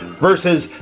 versus